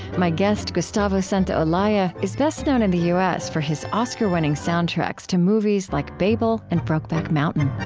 my guest, gustavo santaolalla, is best known in the u s. for his oscar-winning soundtracks to movies like babel and brokeback mountain